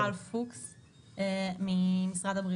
שלום, עורכת הדין טל פוקס ממשרד הבריאות,